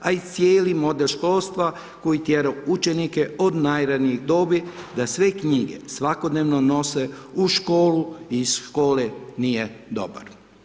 A i cijeli model školstva koja tjera učenike od najranije dobi da sve knjige svakodnevno nose u školu i iz škole, nije dobar.